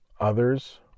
Others